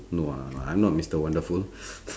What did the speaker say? no ah I'm not I'm not mister wonderful